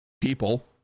people